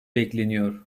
bekleniyor